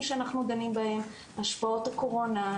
שאנחנו דנים בהם השפעות הקורונה,